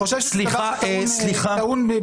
זה טעון בדיקה.